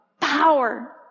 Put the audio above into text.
power